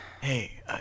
Hey